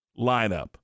lineup